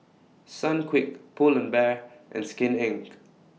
Sunquick Pull and Bear and Skin Inc